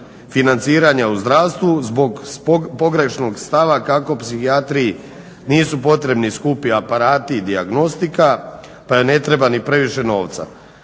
financiranja u zdravstvu zbog pogrešnog stava kako psihijatriji nisu potrebni skupi aparati ni dijagnostika pa joj ne treba ni previše novca.